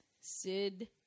Sid